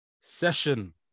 session